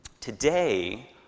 today